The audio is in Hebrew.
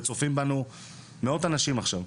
וצופים בנו מאות אנשים עכשיו.